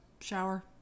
shower